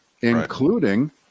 including